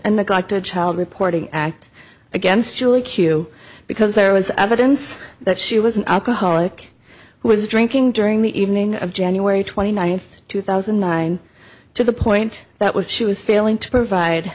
and neglected child reporting act against julie q because there was evidence that she was an alcoholic who was drinking during the evening of january twenty ninth two thousand and nine to the point that what she was failing to provide